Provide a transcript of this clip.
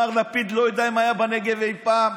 מר לפיד, לא יודע אם היה בנגב אי פעם.